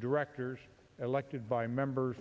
directors elected by members